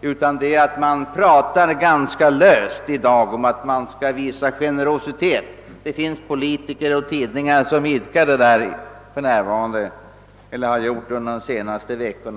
utan att man i dag talar ganska löst om att det skall visas generositet. Det finns politiker och tidningar som för närvarande idkar sådant tal eller har gjort det under de senaste veckorna.